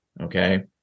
Okay